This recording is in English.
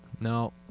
No